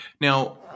Now